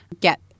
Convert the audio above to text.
get